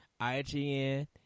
IGN